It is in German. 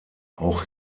auch